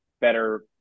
better